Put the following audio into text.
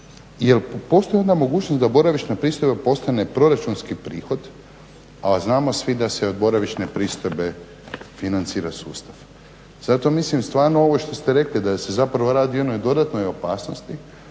jer postoji jedna mogućnost da boravišna pristojba postane proračunski prihod, a znamo svi da se od boravišne pristojbe financira sustav. Zato mislim stvarno ovo što ste rekli da se zapravo radi o jednoj dodatnoj opasnosti,